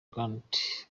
grant